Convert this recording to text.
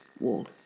wall.